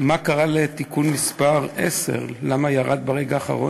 מה קרה לתיקון מס' 10, למה ירד ברגע האחרון?